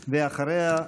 ואחריה,